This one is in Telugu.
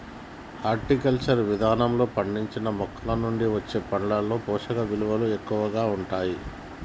హార్టికల్చర్ విధానంలో పండించిన మొక్కలనుండి వచ్చే పండ్లలో పోషకవిలువలు ఎక్కువగా ఉంటాయి